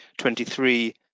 23